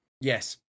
Yes